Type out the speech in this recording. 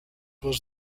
was